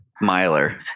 miler